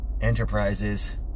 enterprises